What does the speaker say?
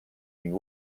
ning